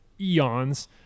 eons